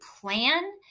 plan